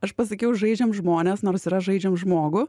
aš pasakiau žaidžiam žmones nors yra žaidžiam žmogų